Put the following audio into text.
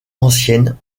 ancienne